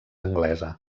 anglesa